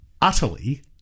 utterly